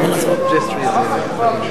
אין דבר, הערה חשובה, אדוני היושב-ראש.